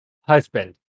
Husband